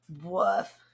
woof